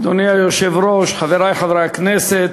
אדוני היושב-ראש, חברי חברי הכנסת,